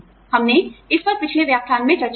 हमने इस पर पिछले व्याख्यान में चर्चा की है